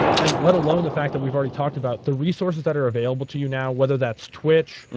and let alone the fact that we've already talked about the resources that are available to you now, whether that's twitch,